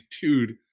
dude